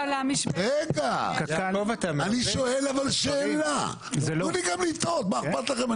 אני שואל שאלה, תנו לי גם לטעות, מה אכפת לכם?